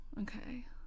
Okay